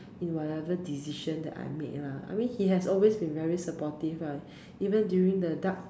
in whatever decision that I make lah I mean he has always been very supportive ah even during the dark